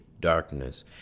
darkness